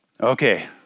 okay